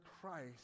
Christ